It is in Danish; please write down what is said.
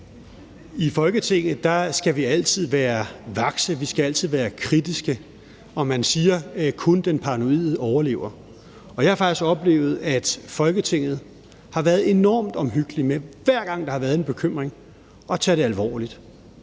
I Folketinget skal vi altid være vakse, vi skal altid være kritiske, og man siger, at kun den paranoide overlever. Jeg har faktisk oplevet, at Folketinget har været enormt omhyggelige med, hver gang der har været en bekymring, at tage det alvorligt,